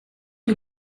you